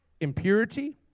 impurity